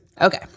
Okay